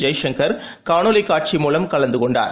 ஜெய்சங்கர் காணொளி காட்சி மூலம் கலந்து கொண்டார்